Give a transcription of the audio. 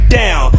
down